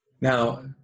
Now